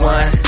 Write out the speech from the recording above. One